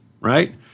right